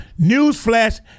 Newsflash